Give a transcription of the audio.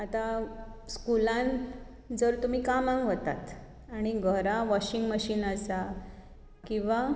आतां स्कुलांत जर तुमी कामाक वतात आनी घरा वॉशिंग मॅशीन आसा किंवा